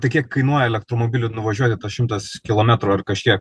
tai kiek kainuoja elektromobiliu nuvažiuoti tą šimtas kilometrų ar kažkiek